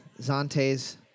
Zante's